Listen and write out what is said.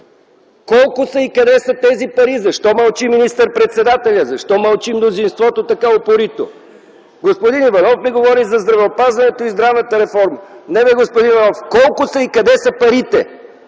Колко са и къде са тези пари? Защо мълчи министър председателят? Защо мълчи мнозинството така упорито? Господин Иванов ми говори за здравеопазването и здравната реформа. Не, господин Иванов, колко са и къде са парите?